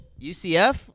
UCF